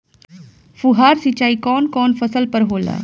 फुहार सिंचाई कवन कवन फ़सल पर होला?